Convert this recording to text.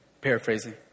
paraphrasing